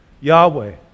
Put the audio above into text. Yahweh